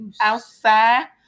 Outside